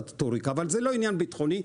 אבל זה לא עניין ביטחוני,